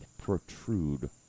protrude